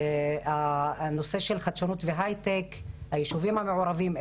הנושא של חדשנות והייטק, הישובים המעורבים.